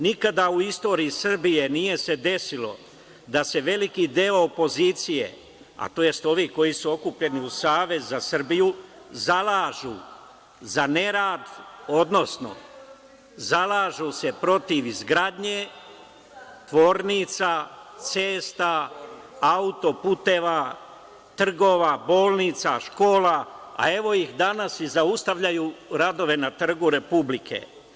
Nikada u istoriji Srbije nije se desilo da se veliki deo opozicije, a tj. ovih koji su okupljeni u Savez za Srbiju, zalaže za nerad, odnosno zalažu se protiv izgradnje tvornica, cesta, autoputeva, trgova, bolnica, škola, a evo ih danas zaustavljaju radove na Trgu Republike.